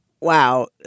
Wow